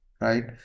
right